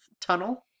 tunnel